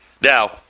now